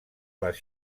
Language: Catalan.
les